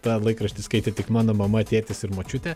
tą laikraštį skaitė tik mano mama tėtis ir močiutė